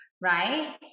right